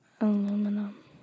Aluminum